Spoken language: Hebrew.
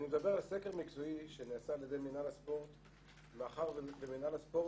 אני מדבר על סקר מקצועי שנעשה על ידי מינהל הספורט מאחר ומינהל הספורט,